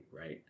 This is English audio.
right